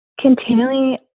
continually